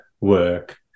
work